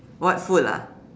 what food lah